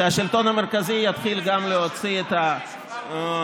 שהשלטון המרכזי יתחיל גם להוציא את ההיתרים,